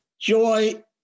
Joy